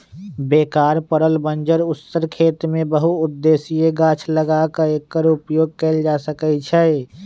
बेकार पड़ल बंजर उस्सर खेत में बहु उद्देशीय गाछ लगा क एकर उपयोग कएल जा सकै छइ